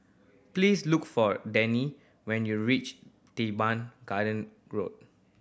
please look for Dannie when you reach Teban Garden Road